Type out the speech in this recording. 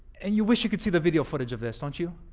and you wish you could see the video footage of this, don't you?